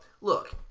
look